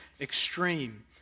extreme